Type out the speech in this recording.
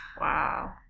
Wow